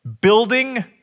building